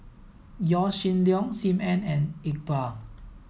Yaw Shin Leong Sim Ann and Iqbal